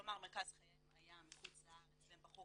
כלומר מרכז חייהם היה בחוץ לארץ והם בחרו